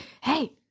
Hey